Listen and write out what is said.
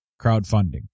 crowdfunding